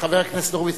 חבר הכנסת הורוביץ,